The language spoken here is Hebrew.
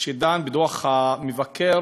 שדן בדוח המבקר